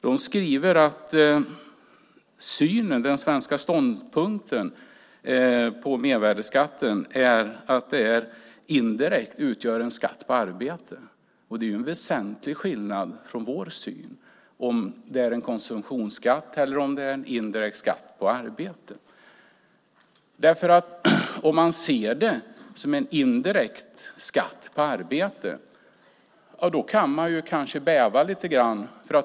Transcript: Man skriver att den svenska ståndpunkten är att mervärdesskatten indirekt utgör en skatt på arbete. I vår syn är det en väsentlig skillnad om det är en konsumtionsskatt eller en indirekt skatt på arbete. Ser man det som en indirekt skatt på arbete bävar vi lite grann.